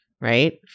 right